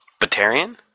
Batarian